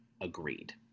agreed